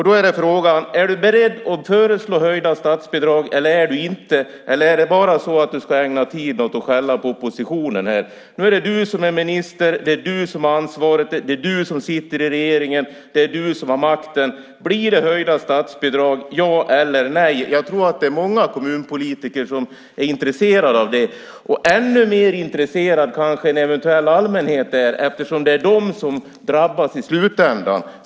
Då är frågan till Odell: Är du beredd att föreslå en höjning av statsbidragen eller inte, eller ska du bara ägna tid åt att skälla på oppositionen här? Nu är det du som är minister, det är du som har ansvaret, det är du som sitter i regeringen, och det är du som har makten. Blir det en höjning av statsbidragen - ja eller nej? Jag tror att det är många kommunpolitiker som är intresserade av det. Ännu mer intresserad kanske allmänheten är eftersom det är den som drabbas i slutändan.